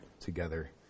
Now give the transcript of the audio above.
together